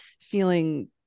feeling